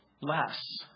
less